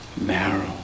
marrow